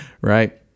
right